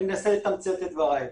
אני אנסה לתמצת את דבריי.